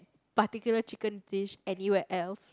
particular chicken dish anywhere else